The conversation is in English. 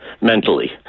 mentally